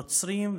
נוצרים,